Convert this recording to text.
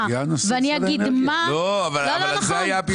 ואני אגיד מה --- על זה היה הוויכוח.